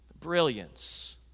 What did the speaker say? brilliance